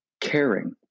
caring